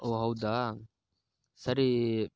ಓ ಹೌದಾ ಸರಿ